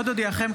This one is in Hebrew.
עוד אודיעכם,